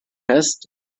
fest